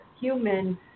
human